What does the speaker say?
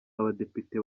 abadepite